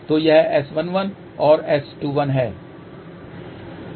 तो ये S11 और S21 हैं